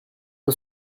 pas